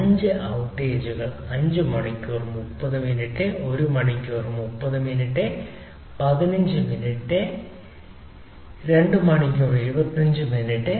5 ഔട്ടേജുകൾ 5 മണിക്കൂർ 30 മിനിറ്റ് 1 മണിക്കൂർ 30 മിനിറ്റ് 15 മിനിറ്റ് 2 മണിക്കൂർ 25 മിനിറ്റ്